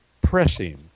pressing